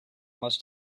must